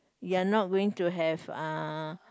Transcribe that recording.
you're not going to have uh